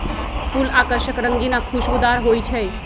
फूल आकर्षक रंगीन आ खुशबूदार हो ईछई